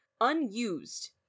unused